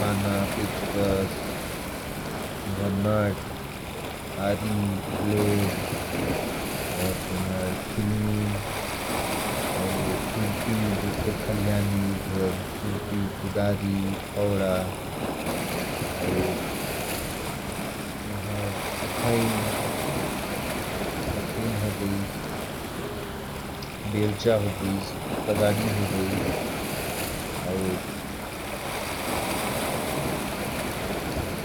पाना, पेचकस, आरी, कुदाल, खुरपी, छलनी, अखाईं, बेलचा।